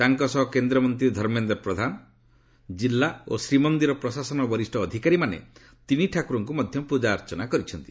ତାଙ୍କ ସହ କେନ୍ଦ୍ରମନ୍ତ୍ରୀ ଧର୍ମେନ୍ଦ୍ର ପ୍ରଧାନ ଜିଲ୍ଲା ଓ ଶ୍ରୀମନ୍ଦିର ପ୍ରଶାସନର ବରିଷ୍ଣ ଅଧିକାରୀମାନେ ତିନିଠାକୁରଙ୍କୁ ମଧ୍ୟ ପୂଜାର୍ଚ୍ଚନା କରିଛନ୍ତି